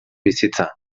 bizitza